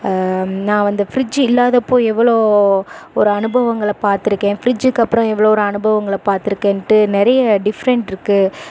நான் அந்த ஃப்ரிட்ஜ் இல்லாதப்போது எவ்வளோ ஒரு அனுபவங்களை பார்த்துருக்கேன் ஃப்ரிட்ஜ்ஜிக்கு அப்புறம் எவ்வளோ ஒரு அனுபவங்களை பார்த்துருக்கேன்ட்டு நிறைய டிஃபெரண்ட் இருக்குது